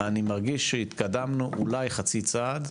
אני מרגיש שהתקדמנו, אולי חצי צעד,